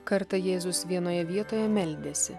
kartą jėzus vienoje vietoje meldėsi